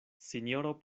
sinjoro